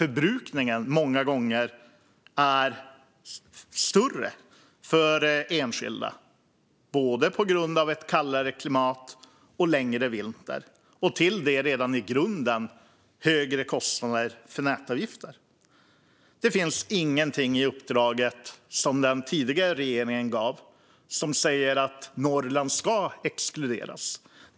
Förbrukningen är också många gånger större för enskilda, på grund av både ett kallare klimat och längre vinter och därtill redan i grunden högre kostnader för nätavgiften. Det finns ingenting i uppdraget som den tidigare regeringen gav som säger att Norrland ska exkluderas.